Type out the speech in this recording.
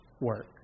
work